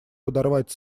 подорвать